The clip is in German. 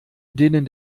denen